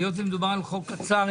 היות ומדובר על חוק קצר,